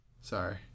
Sorry